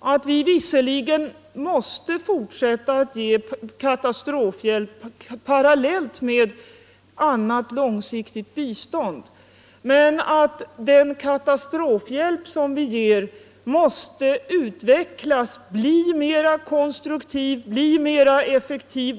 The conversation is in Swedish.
att vi visserligen måste fortsätta att ge katastrofhjälp parallellt med annat långsiktigt bistånd men att den katastrofhjälp som vi ger måste utvecklas och bli mera konstruktiv och effektiv.